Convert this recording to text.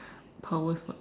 powers what